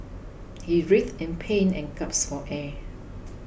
he writhed in pain and gasped for air